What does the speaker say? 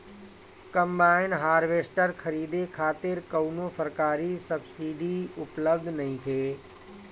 Combine harvester खरीदे खातिर कउनो सरकारी सब्सीडी उपलब्ध नइखे?